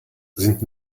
sind